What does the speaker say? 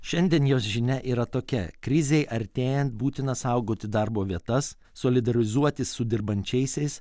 šiandien jos žinia yra tokia krizei artėjant būtina saugoti darbo vietas solidarizuotis su dirbančiaisiais